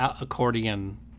accordion